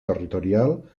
territorial